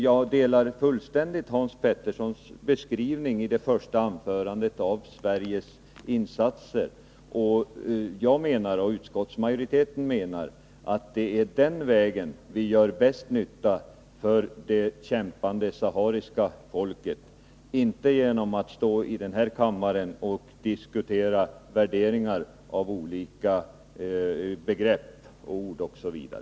Jag delar fullständigt Hans Peterssons beskrivning i hans anförande om Sveriges insatser, och jag och utskottsmajoriteten menar att det är den vägen vi gör bäst nytta för det kämpande sahariska folket, inte genom att stå i denna kammare och diskutera värderingar av olika begrepp och ord osv.